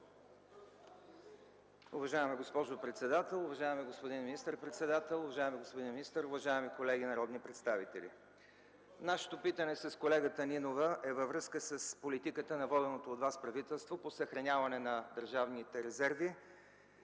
Уважаема госпожо председател, уважаеми господин министър-председател, уважаеми господин министър, уважаеми колеги народни представители! Нашето питане с колегата Нинова е във връзка с политиката на воденото от Вас правителство по съхраняване на държавните резерви